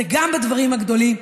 זה גם בדברים הגדולים,